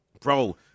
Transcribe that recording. bro